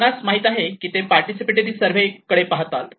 आपणास माहित आहे की ते पार्टिसिपेटरी सर्वे कडे पाहतात